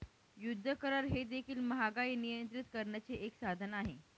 युद्ध करार हे देखील महागाई नियंत्रित करण्याचे एक साधन आहे